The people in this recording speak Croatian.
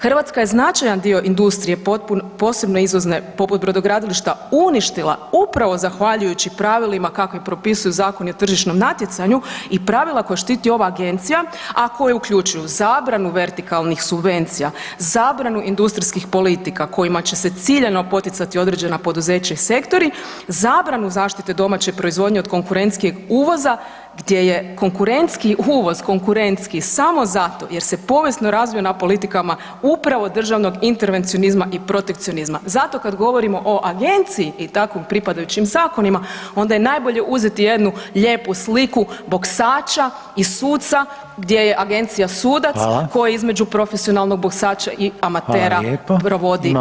Hrvatska je značajan dio industrije, posebno izvozne, poput brodogradilišta uništila upravo zahvaljujući pravilima kakve propisuju zakoni o tržišnom natjecanju i pravila koje štiti ova Agencija, a koji uključuju zabranu vertikalnih subvencija, zabranu industrijskih politika kojima će se ciljano poticati određena poduzeća i sektori, zabranu zaštite domaće proizvodnje od konkurentskijeg uvoza gdje je konkurentski uvoz, konkurentski samo zato jer se povijesno razvio na politikama upravo državnog intervencionizma i protekcionizma, zato kad govorimo o Agenciji i takvim pripadajućim zakonima, onda je najbolje uzeti jednu lijepu sliku boksača i suca gdje je Agencija sudac [[Upadica: Hvala.]] koji između profesionalnog boksača i amatera [[Upadica: Hvala lijepo.]] provodi svoja pravila.